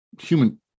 human